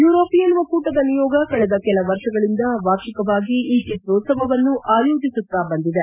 European ಒಕ್ಕೂಟದ ನಿಯೋಗ ಕಳೆದ ಕೆಲ ವರ್ಷಗಳಿಂದ ವಾರ್ಷಿಕವಾಗಿ ಈ ಚಿತ್ರೋತ್ಸವನ್ನು ಆಯೋಜಿಸಿತ್ತಾ ಬಂದಿದೆ